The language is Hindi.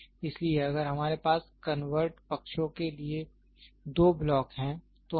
इसलिए अगर हमारे पास कन्वर्ट पक्षों के लिए दो ब्लॉक हैं